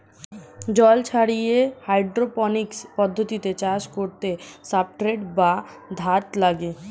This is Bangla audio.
জল ছাড়িয়ে হাইড্রোপনিক্স পদ্ধতিতে চাষ করতে সাবস্ট্রেট বা ধাত্র লাগে